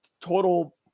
total